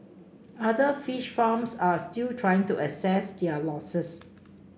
other fish farms are still trying to assess their losses